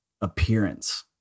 appearance